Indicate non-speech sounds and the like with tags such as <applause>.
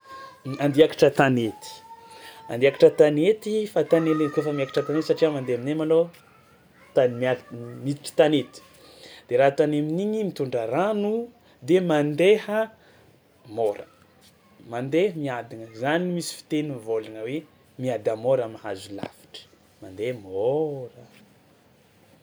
I- andia hiakatra tanety, andia hiakatra tanety fa tany <noise> aleha kaofa miakatra tanety satria mandeha aminay malôha tany mial- m- miditry tanety de raha ataony amin'igny mitondra rano de mandeha môra, mandeha miadagna, zany misy fiteny mivôlagna hoe miada-môra mahazo lavitra, mandeha môra